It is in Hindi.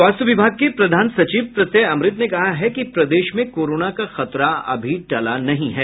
स्वास्थ्य विभाग के प्रधान सचिव प्रत्यय अमृत ने कहा है कि प्रदेश में कोरोना का खतरा अभी टला नहीं है